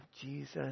Jesus